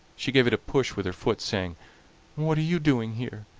she gave it a push with her foot, saying what are you doing here,